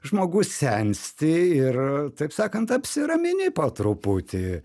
žmogus sensti ir taip sakant apsiramini po truputį